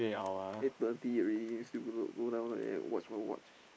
eight thirty already still go down go down there watch what watch